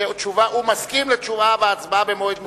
שהוא מסכים לתשובה והצבעה במועד מאוחר.